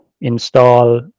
install